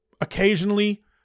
occasionally